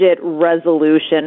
resolution